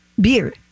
beer